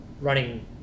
running